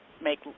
make